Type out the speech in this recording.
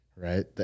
Right